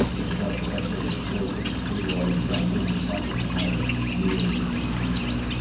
they thought the best way to build a cable audience around political talk was to hire really good-looking people